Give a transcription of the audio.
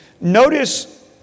Notice